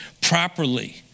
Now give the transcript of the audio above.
properly